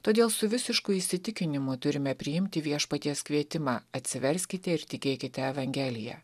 todėl su visišku įsitikinimu turime priimti viešpaties kvietimą atsiverskite ir tikėkite evangelija